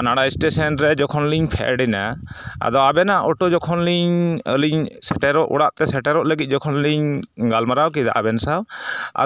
ᱚᱱᱟᱲᱟ station ᱨᱮ ᱡᱚᱠᱷᱞᱤᱧ ᱯᱷᱮᱰ ᱮᱱᱟ ᱟᱫᱚ ᱟᱵᱮᱱᱟᱜ ᱚᱴᱳ ᱡᱚᱠᱷᱚᱱᱞᱤᱧ ᱟᱹᱞᱤᱧ ᱥᱮᱴᱮᱨᱚᱜ ᱚᱲᱟᱜ ᱛᱮ ᱥᱮᱴᱮᱨᱚᱜ ᱞᱟᱹᱜᱤᱫ ᱡᱚᱠᱷᱚᱱᱞᱤᱧ ᱜᱟᱞᱢᱟᱨᱟᱣ ᱠᱮᱫᱟ ᱟᱵᱮᱱ ᱥᱟᱶ